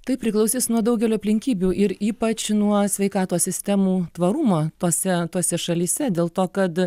tai priklausys nuo daugelio aplinkybių ir ypač nuo sveikatos sistemų tvarumo tose tose šalyse dėl to kad